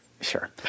Sure